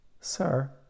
sir